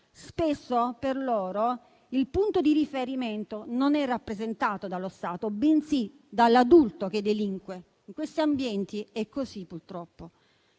Spesso per loro il punto di riferimento non è rappresentato dallo Stato, bensì dall'adulto che delinque. In questi ambienti è così, purtroppo.